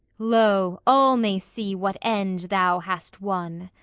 lo, all may see what end thou hast won!